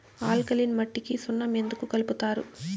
alkaline మట్టికి సున్నం ఎందుకు కలుపుతారు